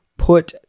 put